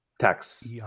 Tax